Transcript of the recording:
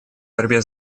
борьбе